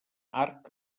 arc